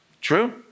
True